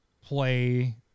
play